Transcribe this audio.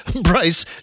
Bryce